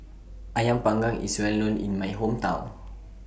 Ayam Panggang IS Well known in My Hometown